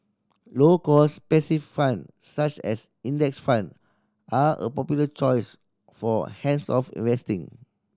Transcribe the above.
low cost passive fund such as index fund are a popular choice for hands off investing